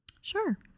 Sure